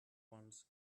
once